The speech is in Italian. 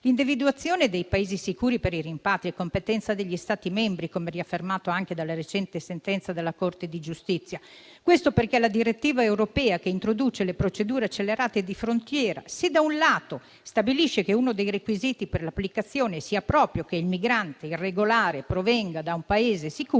L'individuazione dei Paesi sicuri per i rimpatri è competenza degli Stati membri, come riaffermato anche dalla recente sentenza della Corte di giustizia; questo perché la direttiva europea che introduce le procedure accelerate di frontiera se, da un lato, stabilisce che uno dei requisiti per l'applicazione sia proprio che il migrante irregolare provenga da un Paese sicuro,